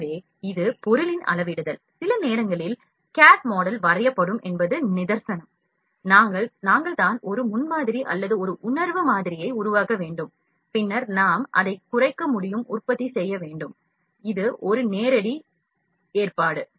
எனவே இது பொருளின் அளவிடுதல் சில நேரங்களில் cad model வரையப்படும் என்பது நிதர்சனம் நாங்கள் தான் ஒரு முன்மாதிரி அல்லது ஒரு உணர்வு மாதிரியை உருவாக்க வேண்டும் பின்னர் நாம் அதை குறைக்க முடியும் உற்பத்தி செய்ய முடியும் இது ஒரு நேரடி ஏற்பாடு